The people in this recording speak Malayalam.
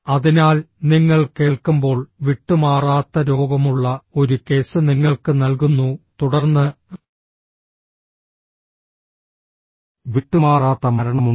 അതിനാൽ നിങ്ങൾ കേൾക്കുമ്പോൾ വിട്ടുമാറാത്ത രോഗമുള്ള ഒരു കേസ് നിങ്ങൾക്ക് നൽകുന്നു തുടർന്ന് വിട്ടുമാറാത്ത മരണമുണ്ട്